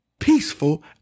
peaceful